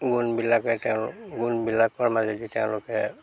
গুণবিলাকে তেওঁ গুণবিলাকৰ মাজেদি তেওঁলোকে